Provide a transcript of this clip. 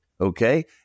Okay